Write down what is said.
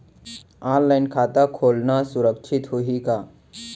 Online खाता खोलना सुरक्षित होही का?